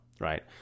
right